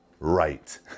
Right